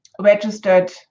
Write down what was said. registered